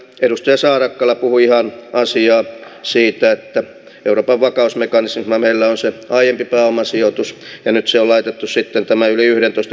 ennuste saada kala puhui ja aasi ja siitä että euroopan vakausmekanismin lämmöllä osa aiempi pääomasijoitus venetsia vaikutus neuvoston suomen valtuuskunnan vaali